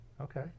Okay